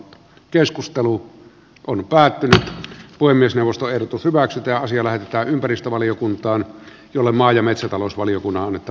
keskustelu kone päätyi voi myös neuvostoehdotus hyväksytään sillä että ympäristövaliokuntaan jolle maa ja metsätalousvaliokunnan että